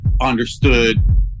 understood